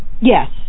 Yes